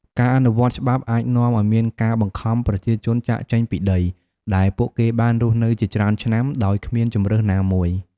ការអនុវត្តច្បាប់អាចនាំឲ្យមានការបង្ខំប្រជាជនចាកចេញពីដី ដែលពួកគេបានរស់នៅជាច្រើនឆ្នាំដោយគ្មានជម្រើសណាមួយ។